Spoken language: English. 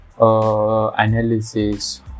analysis